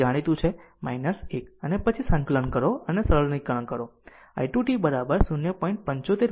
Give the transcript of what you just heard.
તે જાણીતું છે 1 અને પછી સંકલન કરો અને સરળીકરણ કરી શકશો i 2 t 0